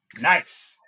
Nice